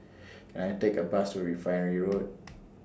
Can I Take A Bus to Refinery Road